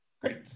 Great